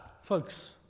folks